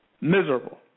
Miserable